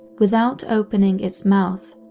without opening its mouth,